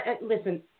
Listen